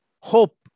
Hope